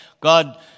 God